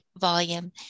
volume